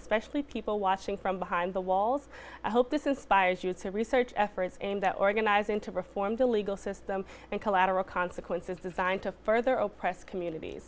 especially people watching from behind the walls i hope this inspires you to research efforts aimed at organizing to reform the legal system and collateral consequences designed to further zero press communities